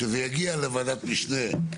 כשזה יגיע לוועדת משנה,